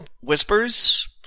whispers